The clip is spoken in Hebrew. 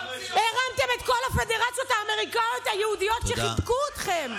הרמתם את כל הפדרציות האמריקאיות היהודיות שחיבקו אתכם,